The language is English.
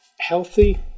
Healthy